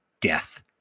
death